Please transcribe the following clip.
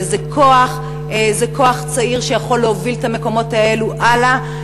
וזה כוח צעיר שיכול להוביל את המקומות האלה הלאה.